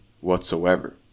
whatsoever